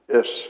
Yes